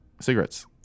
Cigarettes